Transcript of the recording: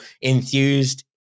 enthused